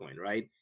right